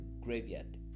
graveyard